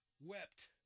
wept